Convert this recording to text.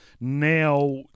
Now